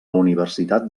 universitat